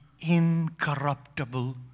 incorruptible